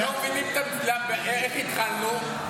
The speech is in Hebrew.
איך התחלנו?